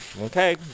okay